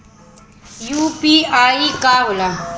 UPI का होला?